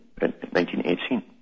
1918